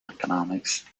economics